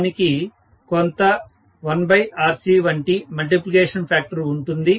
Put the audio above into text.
దానికి కొంత 1RCవంటి మల్టిప్లికేషన్ ఫాక్టర్ ఉంటుంది